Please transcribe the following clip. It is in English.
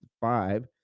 five